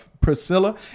Priscilla